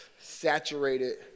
saturated